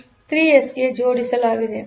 X ಗೆ ಜೋಡಿಸಲಾಗಿದೆ